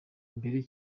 mbere